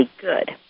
good